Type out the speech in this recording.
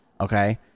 Okay